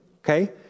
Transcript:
okay